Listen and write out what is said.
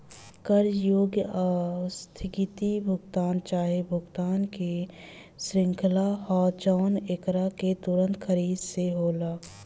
कर्जा एगो आस्थगित भुगतान चाहे भुगतान के श्रृंखला ह जवन एकरा के तुंरत खरीद से होला